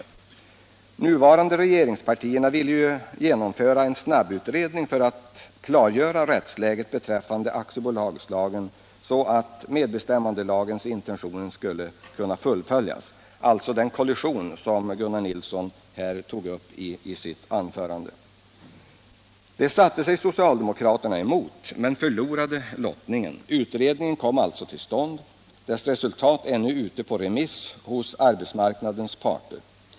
De nuvarande regeringspartierna ville genomföra en snabbutredning för att klargöra rättsläget beträffande aktiebolagslagen, så att medbestämmandelagens intentioner skulle kunna fullföljas — alltså den kollision som Gunnar Nilsson tog upp i sitt anförande. Det satte sig socialdemokraterna emot men förlorade lottningen. Utredningen kom alltså till stånd. Dess resultat är nu ute på remiss hos arbetsmarknadens parter.